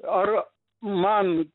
ar man